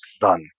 done